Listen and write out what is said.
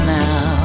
now